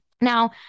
now